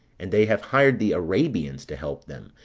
and they have hired the arabians to help them,